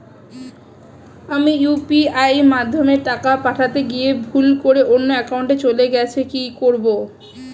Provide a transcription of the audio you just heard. আমি ইউ.পি.আই মাধ্যমে টাকা পাঠাতে গিয়ে ভুল করে অন্য একাউন্টে চলে গেছে কি করব?